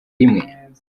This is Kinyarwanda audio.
rimwe